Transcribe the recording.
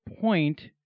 point